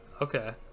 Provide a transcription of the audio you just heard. okay